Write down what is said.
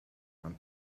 and